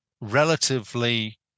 relatively